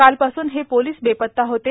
कालपासून हे पोलीस बेपत्ता होते